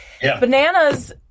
bananas